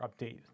update